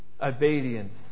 obedience